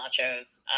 nachos